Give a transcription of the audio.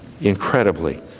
incredibly